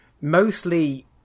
Mostly